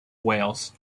wales